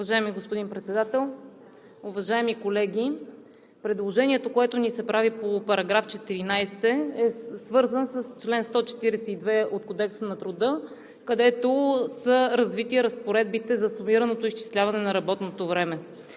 Уважаеми господин Председател, уважаеми колеги! Предложението, което ни се прави по § 14, е свързано с чл. 142 от Кодекса на труда, където са развити разпоредбите за сумираното изчисляване на работното време.